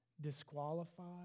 disqualified